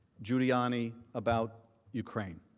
giuliani about ukraine.